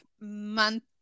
month